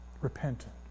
repentant